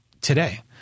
today